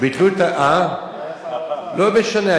לא משנה.